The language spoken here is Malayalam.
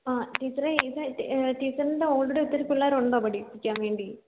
ആ ടീച്ചറെ ഇത് ടീച്ചറിൻ്റ ഓൾറെഡി ഒത്തിരി പിള്ളേരുണ്ടോ പഠിപ്പിക്കാൻ വേണ്ടി